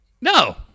No